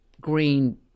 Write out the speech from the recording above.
green